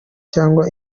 cyangwa